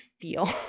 feel